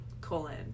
colon